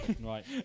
right